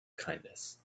kindness